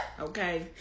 okay